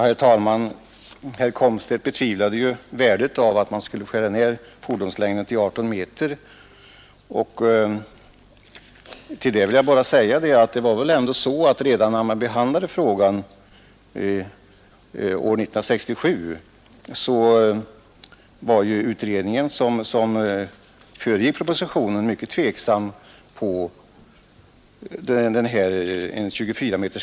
Herr talman! Herr Komstedt betvivlade värdet av att skära ned fordonslängden till 18 meter. Till det vill jag bara säga att man redan när man behandlade frågan år 1967 i den utredning som föregick propositionen var mycket tveksam beträffande en fordonslängd av 24 meter.